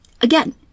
Again